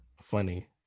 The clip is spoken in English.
funny